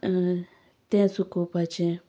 तें सुकोवपाचें